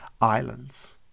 islands